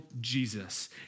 Jesus